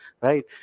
right